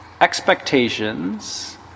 expectations